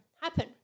happen